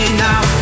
now